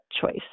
choice